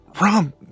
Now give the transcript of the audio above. Rom